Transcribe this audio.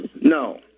No